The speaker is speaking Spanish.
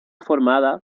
formada